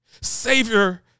Savior